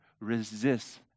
resist